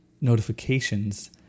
notifications